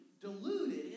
deluded